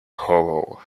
horror